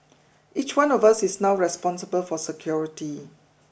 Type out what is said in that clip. each one of us is now responsible for security